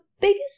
biggest